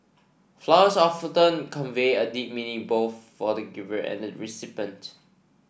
flowers often convey a deep meaning both for the giver and the recipient